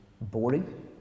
boring